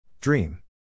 Dream